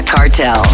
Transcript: Cartel